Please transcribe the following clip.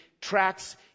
tracks